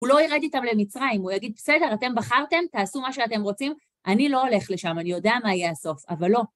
הוא לא ירד איתם למצרים, הוא יגיד בסדר, אתם בחרתם, תעשו מה שאתם רוצים, אני לא הולך לשם, אני יודע מה יהיה הסוף, אבל לא.